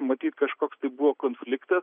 matyt kažkoks tai buvo konfliktas